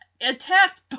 attacked